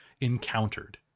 encountered